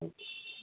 okay